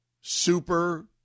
Super